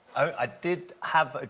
i did have.